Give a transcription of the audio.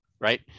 right